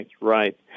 Right